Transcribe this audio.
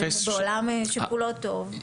בעולם שכולו טוב,